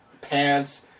pants